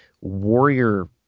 warrior